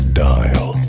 dial